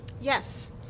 Yes